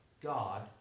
God